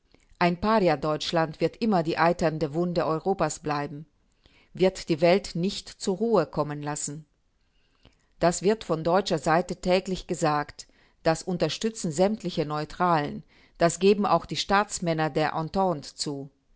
ein paria-deutschland wird immer die eiternde wunde europas bleiben wird die welt nicht zur ruhe kommen lassen das wird von deutscher seite täglich gesagt das unterstützen sämtliche neutralen das geben auch die staatsmänner der entente zu